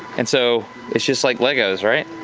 and so it's just like legos, right?